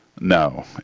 No